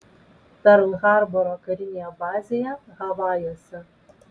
perl harboro karinėje bazėje havajuose